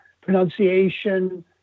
pronunciation